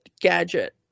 gadget